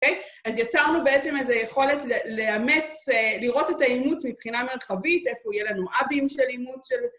אוקיי? אז יצרנו בעצם איזו יכולת לאמץ, לראות את האימוץ מבחינה מרחבית, איפה יהיה לנו אבים של אימוץ של...